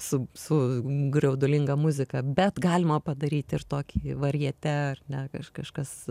su su graudulinga muzika bet galima padaryti ir tokį varjetė ar ne kaž kažkas